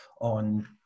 on